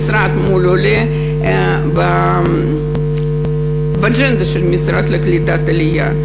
המשרד מול העולה, באג'נדה של המשרד לקליטת העלייה.